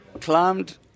Climbed